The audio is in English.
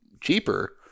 cheaper